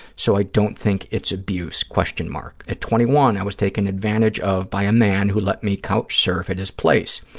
so i don't think it's abuse, question mark. at twenty one, i was taken advantage of by a man who let me couch surf at his place.